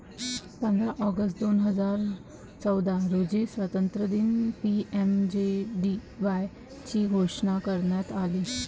पंधरा ऑगस्ट दोन हजार चौदा रोजी स्वातंत्र्यदिनी पी.एम.जे.डी.वाय ची घोषणा करण्यात आली